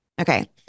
Okay